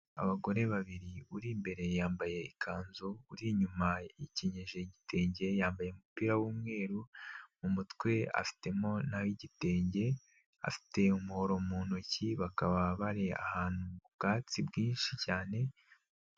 Abagore babiri uri imbere yambaye ikanzu, uri inyuma yikenyeje igitenge yambaye umupira w'umweru, mu mutwe afitemo nawe igitenge afite umuhoro mu ntoki, bakaba bari ahantu ubwatsi bwinshi cyane.